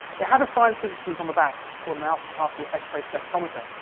it had a science instrument on the back called an alpha particle x-ray spectrometer.